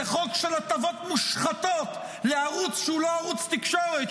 זה חוק של הטבות מושחתות לערוץ שהוא לא ערוץ תקשורת,